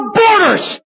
borders